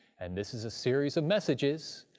and this is a series of messages,